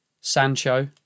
Sancho